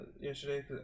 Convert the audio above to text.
yesterday